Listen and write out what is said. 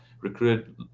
recruited